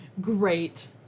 Great